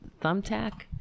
Thumbtack